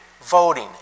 voting